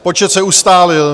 Počet se ustálil.